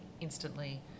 instantly